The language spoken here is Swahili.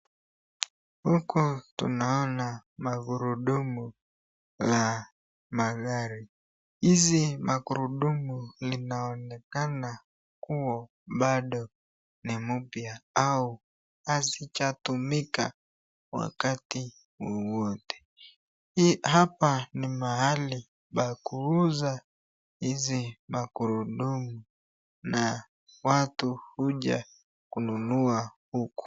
Huku tunaona magurudumu ya magari hizi magurudumu linaonekana kuwa bado ni mpya au hazijatumika wakati wowote hii hapa ni mahali pa kuuza hizi magurudumu na watu huja kununua huku.